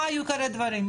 מה היו עיקרי הדברים?